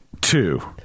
Two